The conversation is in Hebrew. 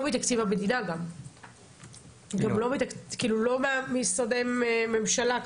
גם לא מתקציב משרדי הממשלה,